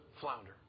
flounder